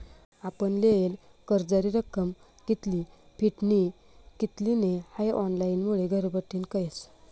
आपण लेयेल कर्जनी रक्कम कित्ली फिटनी कित्ली नै हाई ऑनलाईनमुये घरबठीन कयस